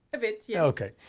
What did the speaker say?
a bit, yes. okay.